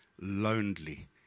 lonely